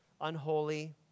unholy